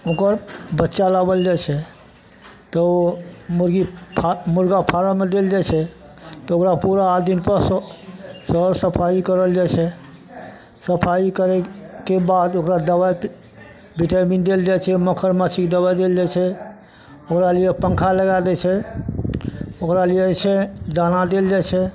ओकर बच्चा लाओल जाइत छै तऽ ओ मुर्गी फा मुर्गा फारममे देल जाइत छै तऽ ओकरा पूरा आठ दिन पर सफाइ करल जाइत छै सफाइ करैके बाद ओकरा दबाइ दू चारि दिन देल जाइत छै मच्छड़ मच्छी दबाइ देल जाइ छै ओकरा लिए पङ्खा लगा दै छै ओकरा लिए जे छै दाना देल जाइत छै